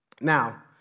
Now